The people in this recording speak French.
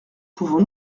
pouvons